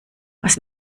was